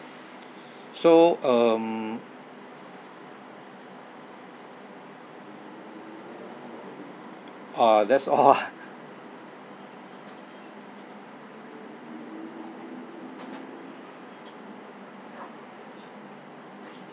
so um uh that's all ah